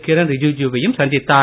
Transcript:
கிரண் ரிஜிஜூ வையும் சந்தித்தார்